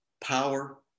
power